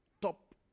top